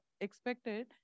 expected